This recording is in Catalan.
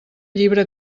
llibre